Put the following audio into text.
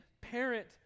parent